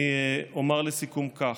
אני אומר לסיכום כך: